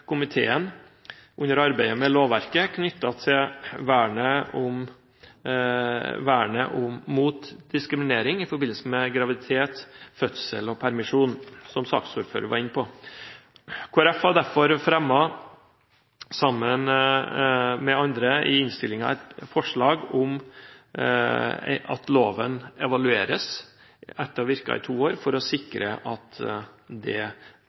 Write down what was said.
komiteen under arbeidet med lovverket knyttet til vernet mot diskriminering i forbindelse med graviditet, fødsel og permisjon, som saksordføreren var inne på. Kristelig Folkeparti har derfor fremmet, sammen med andre i innstillingen, et forslag om at loven evalueres etter å ha virket i to år, for å sikre at diskrimineringsvernet ikke svekkes på det